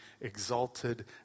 exalted